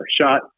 shot